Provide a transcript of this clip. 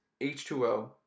H2O